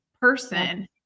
person